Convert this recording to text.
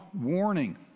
warning